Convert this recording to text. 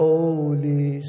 Holy